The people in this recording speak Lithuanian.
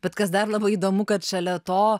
bet kas dar labai įdomu kad šalia to